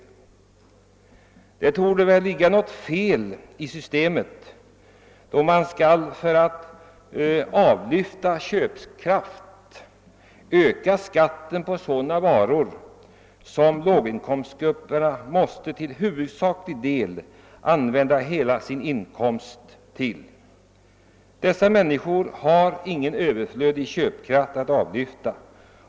Det måste ligga något fel i systemet då man för att minska köpkraften ökar skatten på sådana varor som låginkomstgrupperna måste använda huvuddelen av sin inkomst till. Dessa människor har ingen överflödig köpkraft, som måste avlyftas.